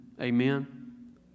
Amen